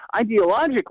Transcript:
ideologically